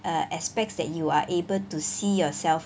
err aspects that you are able to see yourself